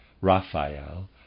Raphael